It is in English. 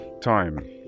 time